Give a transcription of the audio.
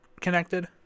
connected